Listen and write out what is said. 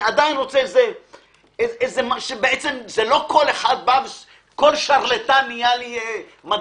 עדיין אני רוצה שלא כל שרלטן נהיה לי מדריך.